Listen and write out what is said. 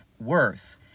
worth